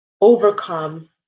overcome